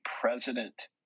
President